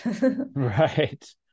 Right